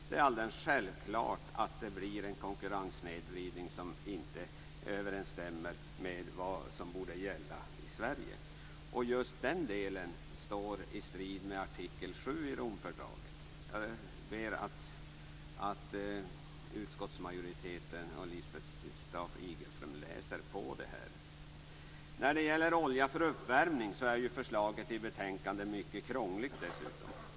Det är alldeles självklart att det blir en konkurrenssnedvridning som inte överensstämmer med vad som borde gälla i Sverige. Just den delen står i strid med artikel 7 i Romfördraget. Jag ber utskottsmajoriteten och Lisbeth Staaf Igelström att läsa på det här. När det gäller olja för uppvärmning är förslaget i betänkandet dessutom mycket krångligt.